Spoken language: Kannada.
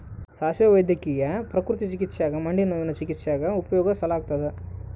ಸಾಸುವೆ ವೈದ್ಯಕೀಯ ಪ್ರಕೃತಿ ಚಿಕಿತ್ಸ್ಯಾಗ ಮಂಡಿನೋವಿನ ಚಿಕಿತ್ಸ್ಯಾಗ ಉಪಯೋಗಿಸಲಾಗತ್ತದ